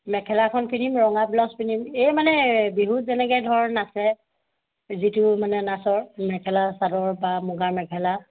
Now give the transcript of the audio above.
মেখেলাখন পিন্ধিম ৰঙা ব্লাউজ পিন্ধিম এই মানে বিহু যেনেকৈ ধৰ নাচে যিটো মানে নাচৰ মেখেলা চাদৰ বা মুগাৰ মেখেলা